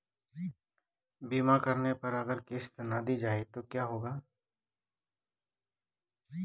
बीमा करने पर अगर किश्त ना दी जाये तो क्या होगा?